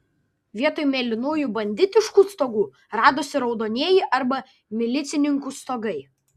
vietoj mėlynųjų banditiškų stogų radosi raudonieji arba milicininkų stogai